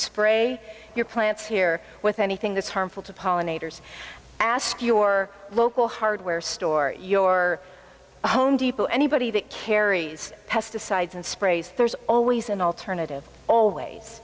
spray your plants here with anything that's harmful to pollinators ask your local hardware store your home depot anybody that carries pesticides and sprays there's always an alternative always